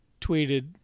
tweeted